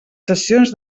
sessions